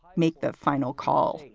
make the final call.